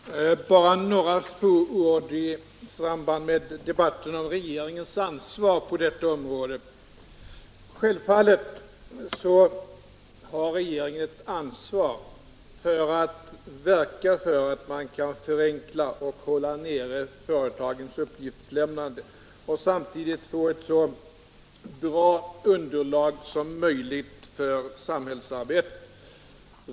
Herr talman! Bara några få ord med anledning av debatten om regeringens ansvar på detta område. Självfallet har regeringen ansvar för att verka för att förenkla och hålla nere företagens uppgiftslämnande och samtidigt få ett så bra underlag som möjligt för samhällsarbetet.